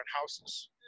houses